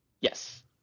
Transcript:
Yes